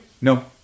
No